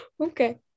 Okay